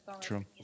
true